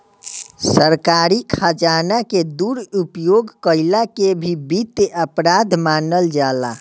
सरकारी खजाना के दुरुपयोग कईला के भी वित्तीय अपराध मानल जाला